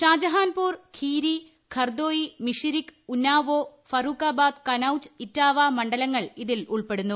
ഷാജഹാൻപൂർഖീരി ഖർദോയി മിഷിരിക്ക് ഉന്നാവോ ഫറൂക്കാബാദ് കനൌജ് ഇറ്റാവ മണ്ഡലങ്ങൾ ഇതിൽ ഉൾപ്പെടുന്നു